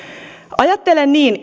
ajattelen niin